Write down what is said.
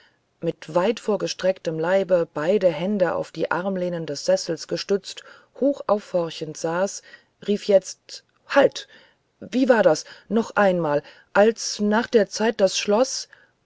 mit weit vorgestrecktem leibe beide hände auf die armlehne des sessels gestützt hoch aufhorchend dasaß rief jetzt halt wie war das noch einmal als nach der zeit das schloß